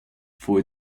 for